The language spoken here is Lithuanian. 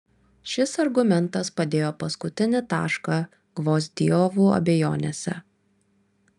šis argumentas padėjo paskutinį tašką gvozdiovų abejonėse